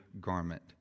garment